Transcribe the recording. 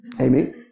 Amen